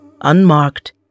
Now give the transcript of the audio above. unmarked